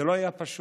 זה לא היה פשוט.